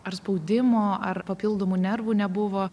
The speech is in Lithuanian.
ar spaudimo ar papildomų nervų nebuvo